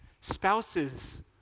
Spouses